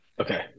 Okay